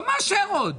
לא מאשר עוד.